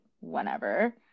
whenever